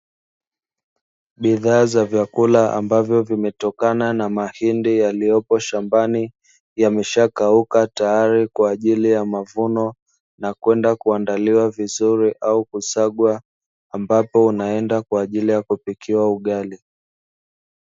Bidhaa za vyakula ambazo zimetokana na mahindi yaliyopo shambani yameshakauka tayari kwa ajili ya mavuno, na kwenda kuandaliwa vizuri au kusagwa ambapo unaenda kwa ajili ya kupikia ugali.